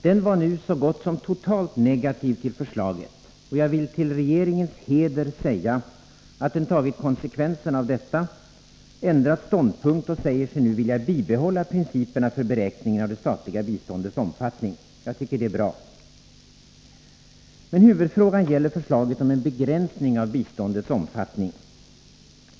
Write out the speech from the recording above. Den var nu så gott som totalt negativ till förslaget, och jag vill till regeringens heder säga att den tagit konsekvensen av detta, ändrat ståndpunkt och säger sig nu vilja bibehålla principerna för beräkningen av det statliga biståndets omfattning. Jag tycker det är bra. Men huvudfrågan gäller förslaget om en begränsning av biståndets omfattning.